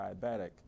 diabetic